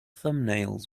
thumbnails